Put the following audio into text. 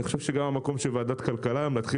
אני חושב שגם המקום של ועדת כלכלה להתחיל